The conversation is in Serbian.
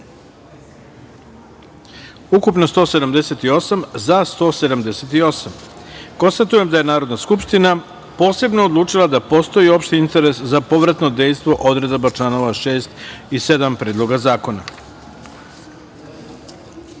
ukupno – 178, za – 178.Konstatujem da je Narodna skupština posebno odlučila da postoji opšti interes za povratno dejstvo odredaba članova 6. i 7. Predloga